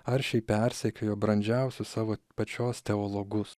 aršiai persekiojo brandžiausius savo pačios teologus